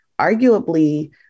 arguably